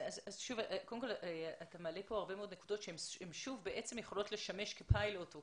אתה מעלה כאן הרבה מאוד נקודות שיכולות לשמש כפיילוט או